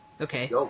Okay